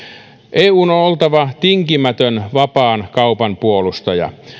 eun on oltava tinkimätön vapaan kaupan puolustaja